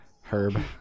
Herb